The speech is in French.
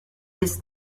est